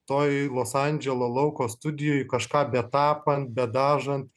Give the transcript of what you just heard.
toj los andželo lauko studijoj kažką betapant bedažant